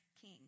king